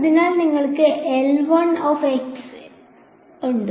അതിനാൽ നിങ്ങൾക്ക് ഉണ്ട്